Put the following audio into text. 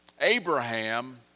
Abraham